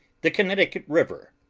the connecticut river.